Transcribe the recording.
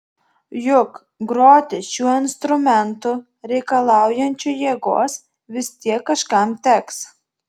juk groti šiuo instrumentu reikalaujančiu jėgos vis tiek kažkam teks